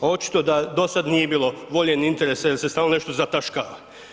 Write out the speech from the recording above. A očito da do sada nije bilo volje ni interesa jel se stalno nešto zataškava.